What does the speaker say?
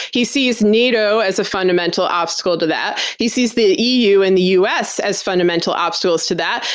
he sees nato as a fundamental obstacle to that. he sees the eu and the us as fundamental obstacles to that.